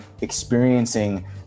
experiencing